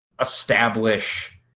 establish